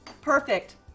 Perfect